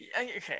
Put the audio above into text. Okay